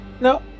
No